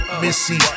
missy